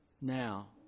now